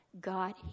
God